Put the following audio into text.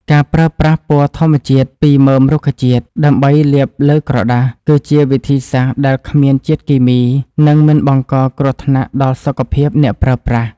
ការប្រើប្រាស់ពណ៌ធម្មជាតិពីមើមរុក្ខជាតិដើម្បីលាបលើក្រដាស គឺជាវិធីសាស្ត្រដែលគ្មានជាតិគីមី និង មិនបង្កគ្រោះថ្នាក់ដល់សុខភាពអ្នកប្រើប្រាស់។